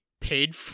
paid